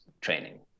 training